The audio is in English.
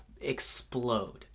explode